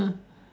mm